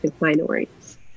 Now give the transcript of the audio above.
minorities